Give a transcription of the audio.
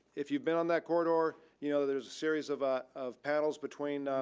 if you've been on that corridor, you know there's a series of ah of panels between